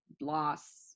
loss